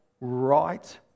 right